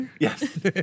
Yes